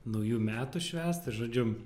naujų metų švęst ir žodžiu